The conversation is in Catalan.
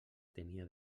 tenia